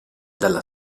dalla